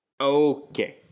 Okay